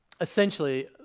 essentially